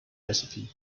recipe